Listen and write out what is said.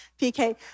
PK